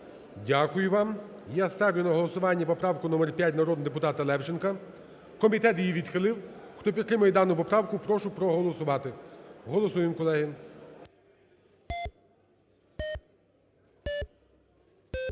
Дякую вам. Я ставлю на голосування поправку номер 5 народного депутата Левченка. Комітет її відхилив. Хто підтримує дану поправу, прошу проголосувати. Голосуємо, колеги.